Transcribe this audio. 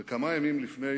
וכמה ימים לפני